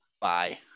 Bye